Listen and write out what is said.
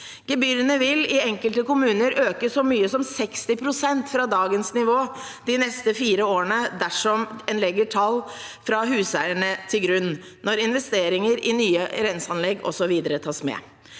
Gebyrene vil i enkelte kommuner øke så mye som 60 pst. fra dagens nivå de neste fire årene, dersom en legger tall fra Huseierne til grunn, når investeringer i nye renseanlegg osv. tas med.